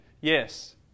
Yes